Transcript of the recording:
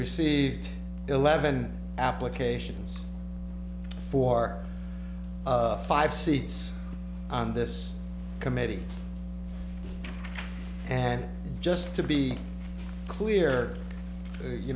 received eleven applications for our five seats on this committee and just to be clear